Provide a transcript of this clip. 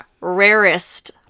rarest